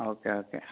okay okay